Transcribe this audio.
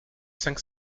cinq